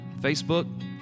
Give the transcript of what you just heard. Facebook